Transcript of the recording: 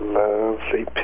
lovely